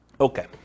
Okay